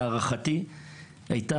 להערכתי,